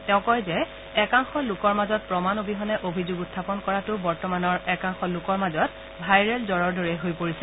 তেওঁ কয় যে একাংশ লোকৰ মাজত প্ৰমাণ অবিহনে অভিযোগ উখাপন কৰাটো বৰ্তমানৰ একাংশ লোকৰ মাজত ভাইৰেল জবৰৰ দৰেই হৈ পৰিছে